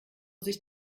sich